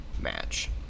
match